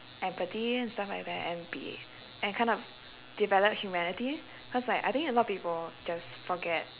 empathy and stuff like that and be and kind of develop humanity cause like I think a lot of people just forget